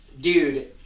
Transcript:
dude